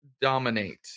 dominate